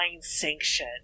sanction